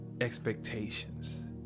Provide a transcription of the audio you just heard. expectations